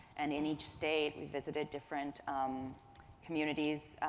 and in each state we visited different um communities,